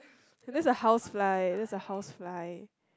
this is a housefly this is a housefly